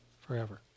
forever